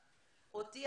בדיפלומט.